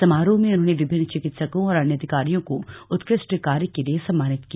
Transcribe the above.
समारोह में उन्होंने विभिन्न चिकित्सकों और अन्य अधिकारियों को उत्कृष्ट कार्य के लिए सम्मानित किया